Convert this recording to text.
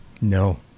No